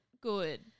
good